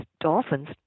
dolphins